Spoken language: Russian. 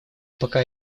пока